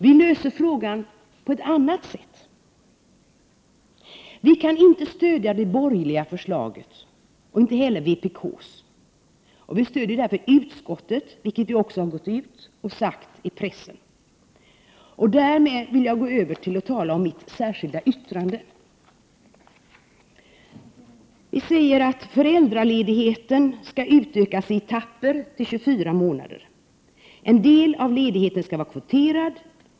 Vi löser frågan på ett annat sätt. Vi kan inte stödja det borgerliga förslaget och inte heller vpk:s, och vi stödjer därför utskottsmajoriteten, vilket vi också sagt till pressen. Därmed vill jag gå över till att tala om mitt särskilda yttrande. Vi säger att föräldraledigheten skall utökas i etapper till 24 månader. En del av ledigheten skall vara kvoterad.